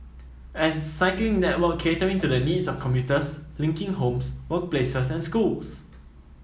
a cycling network catering to the needs of commuters linking homes workplaces and schools